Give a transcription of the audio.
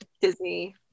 Disney